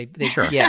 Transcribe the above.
Sure